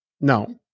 no